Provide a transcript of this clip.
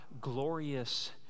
glorious